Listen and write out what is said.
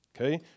okay